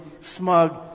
smug